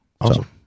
Awesome